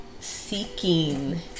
seeking